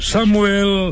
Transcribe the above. Samuel